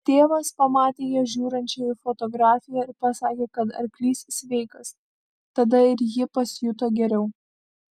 tėvas pamatė ją žiūrinčią į fotografiją ir pasakė kad arklys sveikas tada ir ji pasijuto geriau